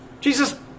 Jesus